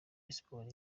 espoir